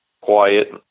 quiet